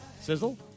Sizzle